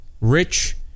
rich